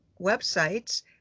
websites